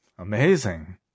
Amazing